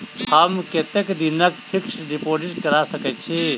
हम कतेक दिनक फिक्स्ड डिपोजिट करा सकैत छी?